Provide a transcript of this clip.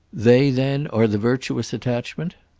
they then are the virtuous attachment?